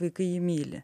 vaikai jį myli